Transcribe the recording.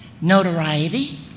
Notoriety